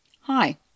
Hi